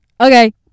okay